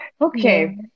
okay